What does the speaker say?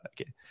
Okay